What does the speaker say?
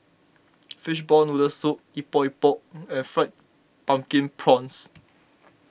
Fishball Noodle Soup Epok Epok and Fried Pumpkin Prawns